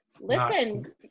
Listen